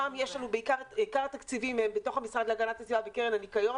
שם יש לנו בעיקר את התקציבים בתוך המשרד להגנת הסביבה בקרן הניקיון.